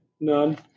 None